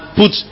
put